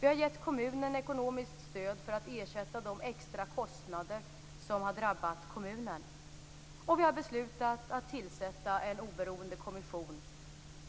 Vi har gett kommunen ekonomiskt stöd för att ersätta de extra kostnader som har drabbat kommunen, och vi har beslutat att tillsätta en oberoende kommission